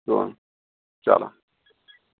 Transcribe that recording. چلو